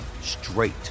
straight